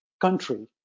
country